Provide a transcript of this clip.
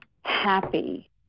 happy